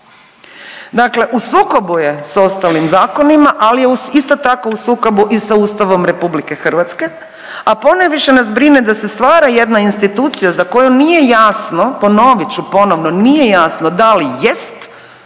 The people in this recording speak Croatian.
dakle u sukobu je s ostalim zakonima, ali je isto tako u sukobu i sa Ustavom RH, a ponajviše nas brine da se stvara jedna institucija za koju nije jasno, ponovit ću ponovno, nije jasno da li jest